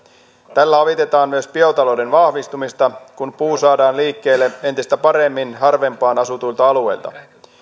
tällä avitetaan myös biotalouden vahvistumista kun puu saadaan liikkeelle entistä paremmin harvempaan asutuilta alueilta